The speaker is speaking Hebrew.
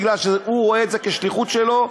מפני שהוא רואה את זה כשליחות שלו.